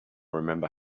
remember